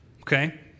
Okay